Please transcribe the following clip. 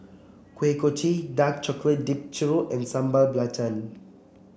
Kuih Kochi Dark Chocolate Dipped Churro and Sambal Belacan